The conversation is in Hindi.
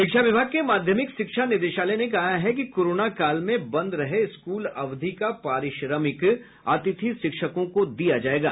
शिक्षा विभाग के माध्यमिक शिक्षा निदेशालय ने कहा है कि कोरोना काल में बंद रहे स्कूल अवधि का पारिश्रमिक अतिथि शिक्षकों को दिया जायेगा